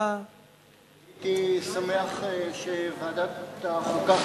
הייתי שמח שוועדת החוקה,